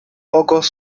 pocos